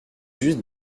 juste